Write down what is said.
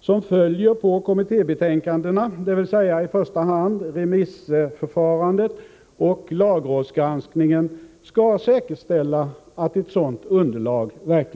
som följer på kommittébetänkandena, dvs. i första hand remissförfarandet och lagrådsgranskningen, skall säkerställa att ett sådant underlag finns.